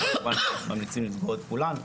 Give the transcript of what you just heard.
אנחנו גם ממליצים לסגור את כולן,